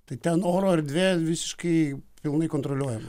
tai ten oro erdvė visiškai pilnai kontroliuojama